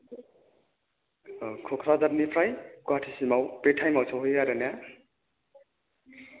औ क'क्राझारनिफ्राय गुवाहाटिसिमाव बे थाइमाव सहैयो आरो ना